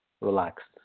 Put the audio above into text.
relaxed